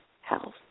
health